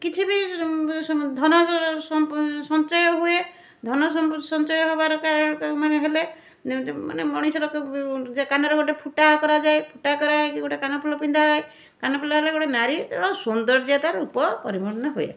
କିଛି ବି ଧନ ସଞ୍ଚୟ ହୁଏ ଧନ ସମ୍ପତି ସଞ୍ଚୟ ହେବାର ମାନେ ହେଲେ ଯେମିତି ମାନେ ମଣିଷର କ ଯେ କାନରେ ଗୋଟେ ଫୁଟା କରାଯାଏ ଫୁଟା କରାହେଇକି ଗୋଟେ କାନଫୁଲ ପିନ୍ଧା ହୁଏ କାନଫୁଲରେ ଗୋଟେ ନାରୀର ସୌନ୍ଦର୍ଯ୍ୟତା ରୂପ ପରିପୂର୍ଣ୍ଣ ହୁଏ